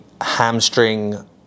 hamstring